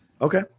Okay